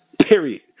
period